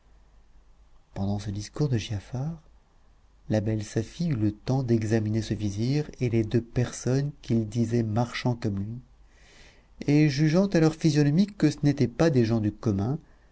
pendant ce discours de giafar la belle safie eut le temps d'examiner ce vizir et les deux personnes qu'il disait marchands comme lui et jugeant à leurs physionomies que ce n'étaient pas des gens du commun